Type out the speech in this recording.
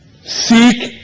seek